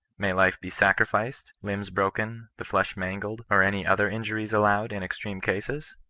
may life be sacrificed, limbs broken, the flesh mangled, or any other injuries allowed in extreme cases?